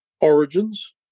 origins